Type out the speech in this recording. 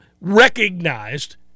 recognized